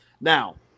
Now